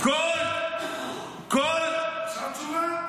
עכשיו תשובה?